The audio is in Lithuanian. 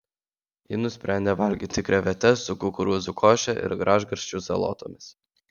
ji nusprendė valgyti krevetes su kukurūzų koše ir gražgarsčių salotomis